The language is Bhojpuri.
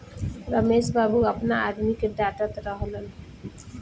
रमेश बाबू आपना आदमी के डाटऽत रहलन